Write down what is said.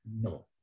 no